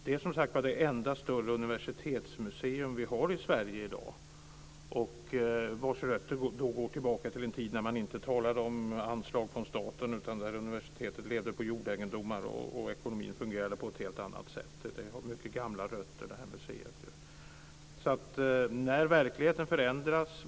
Det är, som sagt, det enda större universitetsmuseum som finns i Sverige i dag, vars rötter går tillbaka till den tid då man inte talade om anslag från staten utan då universitetet levde på jordegendomar. Ekonomin fungerade alltså på ett helt annat sätt. Det här museet har mycket gamla rötter.